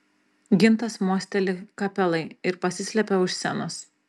gintas mosteli kapelai ir pasislepia už scenos